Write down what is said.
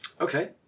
Okay